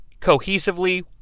cohesively